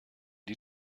die